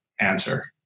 answer